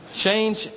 Change